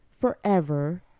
forever